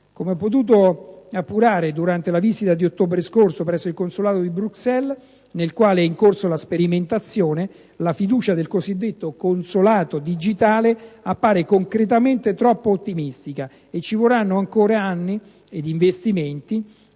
Come ho potuto appurare durante la visita dell'ottobre scorso presso il consolato di Bruxelles, nel quale è in corso la sperimentazione, la fiducia nel cosiddetto consolato digitale appare concretamente troppo ottimistica, e ci vorranno ancora anni ed investimenti